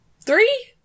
Three